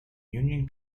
union